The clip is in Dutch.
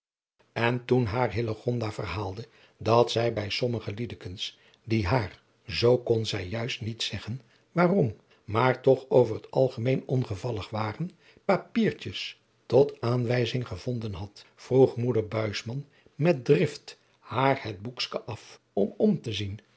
en toen haar hillegonda verhaalde dat zij bij sommige liedekens die haar zo kon zij juist niet zeggen waarom maar toch over het algemeen ongevallig waren papiertjes tot aanwijzing gevonden had vroeg moeder buisman met drift haar het boekske af om adriaan loosjes pzn het leven van hillegonda buisman om te zien